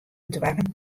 doarren